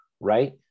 Right